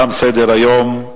תם סדר-היום.